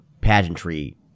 pageantry